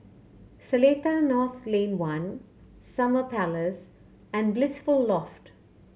Seletar North Lane One Summer Place and Blissful Loft